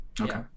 Okay